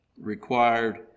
required